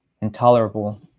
intolerable